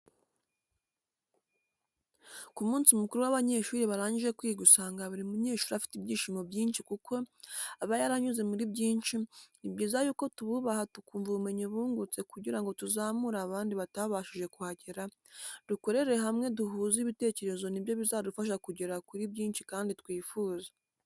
Ku munsi mukuru w'abanyeshuri barangije kwiga usanga buri munyeshuri afite ibyishimo byinshi kuko aba yaranyuze muri byinshi, ni byiza yuko tububaha tukumva ubumenyi bungutse kugira ngo tuzamure abandi batabashije kuhagera, dukorere hamwe duhuze ibitekerezo ni byo bizadufasha kugera kuri byinshi kandi twifuza.